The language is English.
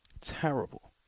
Terrible